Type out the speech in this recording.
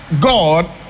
God